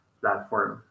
platform